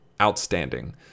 outstanding